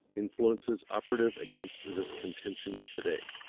influences operative against this contention today.